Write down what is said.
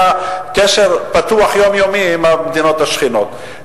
היה קשר פתוח, יומיומי, עם המדינות השכנות.